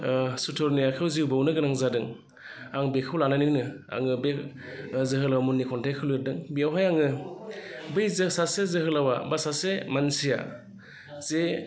सुथुरनि आखाइआव जिउ बाउनोगोनां जादों आं बेखौ लानानैनो आङो बे जोहोलाव मुंनि खन्थाइखौ लिरदों बेवहाय आङो बै जे सासे जोहोलावआ बा सासे मानसिया जे